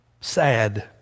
sad